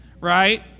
right